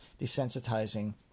desensitizing